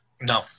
No